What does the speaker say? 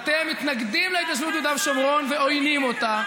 ואתם מתנגדים להתיישבות ביהודה ושומרון ועוינים אותה.